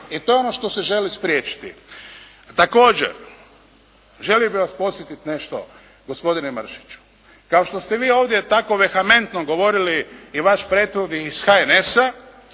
I to je ono što se želi spriječiti. Također, želio bih vas podsjetiti nešto gospodine Mršiću kao što ste vi ovdje tako vehementno govorili i vaš prethodnih iz HNS-a